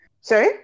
Sorry